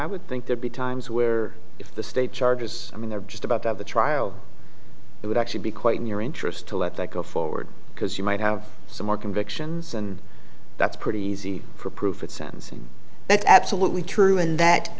i would think there'd be times where if the state charges i mean they're just about of the trial it would actually be quite in your interest to let that go forward because you might have some more convictions and that's pretty easy for proof at sentencing that's absolutely true and